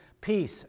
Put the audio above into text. Peace